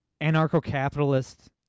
anarcho-capitalist